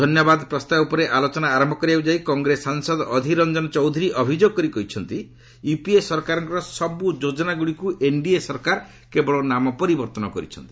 ଧନ୍ୟବାଦ ପ୍ରସ୍ତାବ ଉପରେ ଆଲୋଚନା ଆରମ୍ଭ କରିବାକୁ ଯାଇ କଂଗ୍ରେସ ସାଂସଦ ଅଧୀର ରଞ୍ଜନ ଚୌଧୁରୀ ଅଭିଯୋଗ କରି କହିଛନ୍ତି ୟୁପିଏ ସରକାରଙ୍କର ସବୁ ଯୋଜନାଗୁଡ଼ିକୁ ଏନ୍ଡିଏ ସରକାର କେବଳ ନାମ ପରିବର୍ତ୍ତନ କରିଛନ୍ତି